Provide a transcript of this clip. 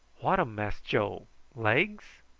whatum, mass joe legs?